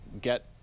get